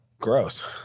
gross